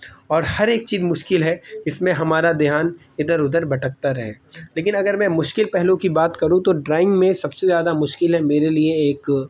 اور ہر ایک چیز مشکل ہے جس میں ہمارا دھیان ادھر ادھر بھٹکتا رہے لیکن اگر میں مشکل پہلو کی بات کروں تو ڈرائنگ میں سب سے زیادہ مشکل ہے میرے لیے ایک